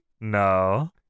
No